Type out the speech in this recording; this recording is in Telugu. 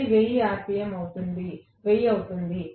అది 1000 అవుతుంది